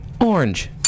Orange